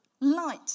light